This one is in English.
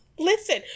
listen